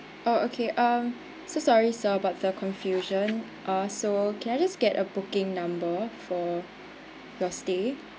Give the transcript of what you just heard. oh okay um so sorry sir about the confusion uh so can I just get a booking number for your stay